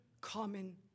common